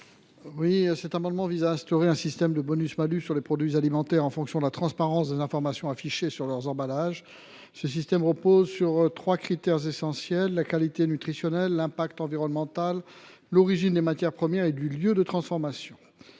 Cet amendement vise à instaurer un système de bonus malus sur les produits alimentaires en fonction de la transparence des informations affichées sur leur emballage. Ce système repose sur trois critères essentiels : la qualité nutritionnelle, l’impact environnemental et l’origine des matières premières et du lieu de transformation.